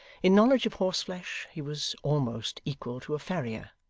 in knowledge of horseflesh he was almost equal to a farrier,